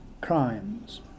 crimes